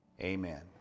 amen